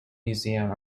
museum